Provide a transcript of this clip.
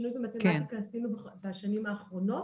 השינוי במתמטיקה עשינו בשנים האחרונות.